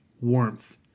warmth